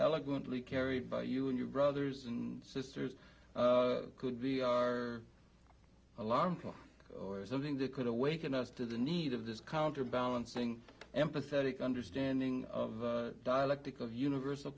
eloquently carried by you and your brothers and sisters could be our alarm clock or something that could awaken us to the need of this counterbalancing empathetic understanding of dialectic of universal